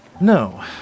No